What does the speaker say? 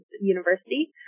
University